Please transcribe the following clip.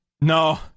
No